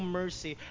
mercy